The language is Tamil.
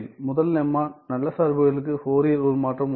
முதல் லெம்மா நல்ல சார்புகளுக்கு ஃபோரியர் உருமாற்றம் உள்ளது